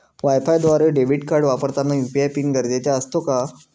वायफायद्वारे debit card वापरताना UPI PIN गरजेचा असतो का?